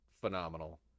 phenomenal